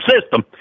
system